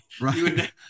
Right